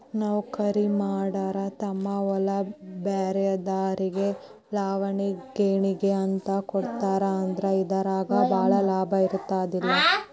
ನೌಕರಿಮಾಡಾರ ತಮ್ಮ ಹೊಲಾನ ಬ್ರ್ಯಾರೆದಾರಿಗೆ ಲಾವಣಿ ಗೇಣಿಗೆ ಅಂತ ಕೊಡ್ತಾರ ಆದ್ರ ಇದರಾಗ ಭಾಳ ಲಾಭಾ ಇರುದಿಲ್ಲಾ